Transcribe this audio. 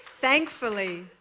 Thankfully